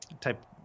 type